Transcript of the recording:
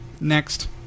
Next